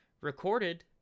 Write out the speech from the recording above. recorded